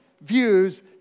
views